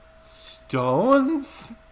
stones